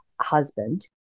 husband